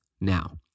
now